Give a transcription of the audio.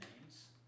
names